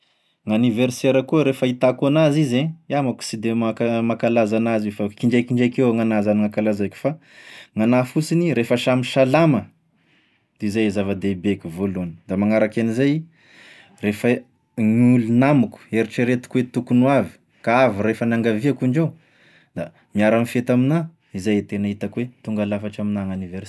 Gn'aniversera koa re fahitako an'azy izy e, iaho manko sy de manka- mankalazy anazy io fa k'indraikindraiky io gnan'ahy zany no ankalazaiko, fa gnan'ahy fosiny rehefa samy salama de zay e zava-dehibe heky voalohany, da magnaraky an'izay, rehefa e, gn'olo, namako, eritreretiko hoe tokony hoavy ka avy rehefa niangaviako indreo, da miara-mifety amin'ahy izay e tena hitako hoe tonga lafatra amin'ahy gn'aniverserako.